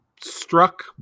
struck